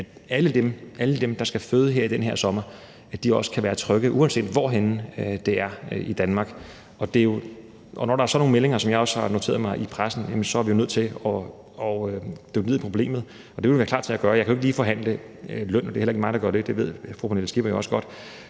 jo, at alle dem, der skal føde i den her sommer, også kan være trygge, uanset hvor det er henne i Danmark. Når der er sådan nogle meldinger, som jeg også har noteret mig, i pressen, er vi jo nødt til at dykke ned i problemet, og det vil vi være klar til at gøre. Jeg kan jo ikke lige forhandle løn for jordemødre; det er heller ikke mig, der gør det, og det ved fru Pernille Skipper jo også godt.